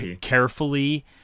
Carefully